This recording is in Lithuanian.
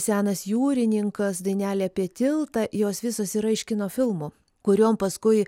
senas jūrininkas dainelė apie tiltą jos visos yra iš kino filmų kuriom paskui